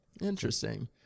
Interesting